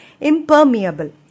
impermeable